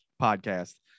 podcast